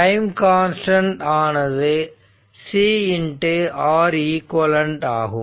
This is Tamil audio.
டைம் கான்ஸ்டன்ட் ஆனது C R eq ஆகும்